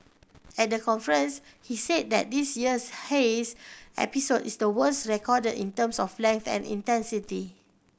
at the conference he said that this year's haze episode is the worst recorded in terms of length and intensity